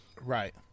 Right